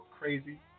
crazy